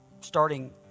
starting